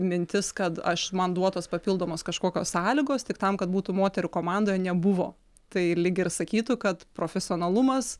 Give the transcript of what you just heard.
mintis kad aš man duotos papildomos kažkokios sąlygos tik tam kad būtų moterų komandoje nebuvo tai lyg ir sakytų kad profesionalumas